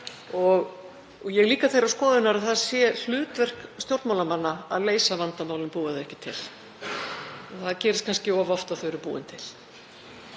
Ég er líka þeirrar skoðunar að það sé hlutverk stjórnmálamanna að leysa vandamál en búa þau ekki til. Það gerist kannski of oft að þau eru búin til.